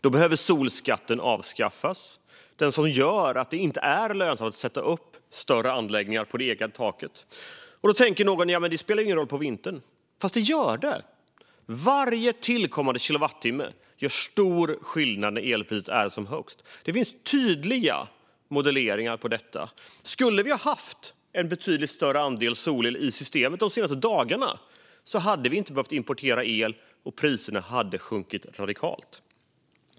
Då behöver solskatten avskaffas, för det är den som gör att det inte är lönsamt att sätta upp större anläggningar på det egna taket. Nu tänker någon att det spelar väl ingen roll på vintern. Men det gör det. Varje tillkommande kilowattimme gör stor skillnad när elpriset är som högst. Det finns tydliga modelleringar av detta. Hade vi haft en betydligt större andel solel i systemet de senaste dagarna hade vi inte behövt importera el, och priserna hade sjunkit radikalt.